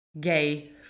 gay